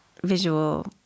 visual